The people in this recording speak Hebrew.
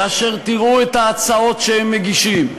כאשר תראו את ההצעות שהם מגישים,